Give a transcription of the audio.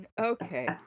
okay